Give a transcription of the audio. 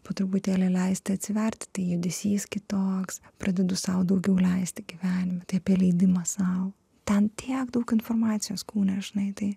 po truputėlį leisti atsivertitai judesys kitoks pradedu sau daugiau leisti gyvenime tai apie leidimą sau ten tiek daug informacijos kūne žinai tai